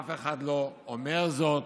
אף אחד לא אומר זאת.